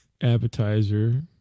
appetizer